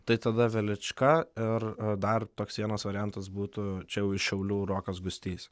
tai tada velička ir dar toks vienas variantas būtų čia jau iš šiaulių rokas gustys